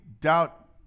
doubt